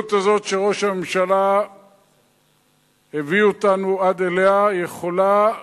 המציאות הזאת שראש הממשלה הביא אותנו עד אליה יכולה להשתנות.